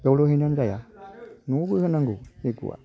बेयावल' हैनानै जाया न'आवबो होनांगौ जैग्य'आ